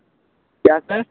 क्या सर